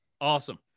Awesome